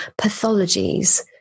pathologies